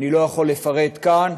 אני לא יכול לפרט כאן,